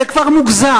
זה כבר מוגזם,